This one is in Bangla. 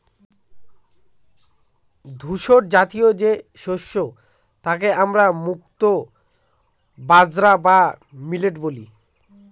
ধূসরজাতীয় যে শস্য তাকে আমরা মুক্তো বাজরা বা মিলেট বলি